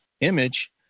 image